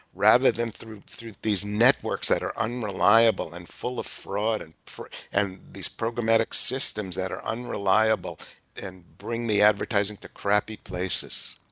rather than through through these networks that are unreliable and full of fraud, and and these programmatic systems that are unreliable and bring the advertising to crappy places.